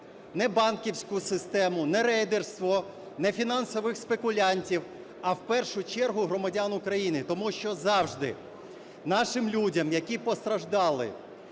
Не банківську систему, не рейдерство, не фінансових спекулянтів, а в першу чергу громадян України. Тому що завжди нашим людям, які постраждали